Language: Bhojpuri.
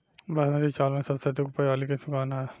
बासमती चावल में सबसे अधिक उपज वाली किस्म कौन है?